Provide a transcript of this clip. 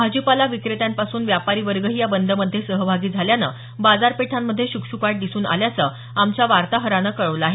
भाजीपाला विक्रेत्यांपासून व्यापारी वर्गही या बंदमध्ये सहभागी झाल्यानं बाजारपेठांमध्ये श्कश्काट दिसून आल्याचं आमच्या वार्ताहरानं कळवलं आहे